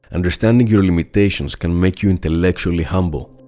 understanding your limitations can make you intellectually humble.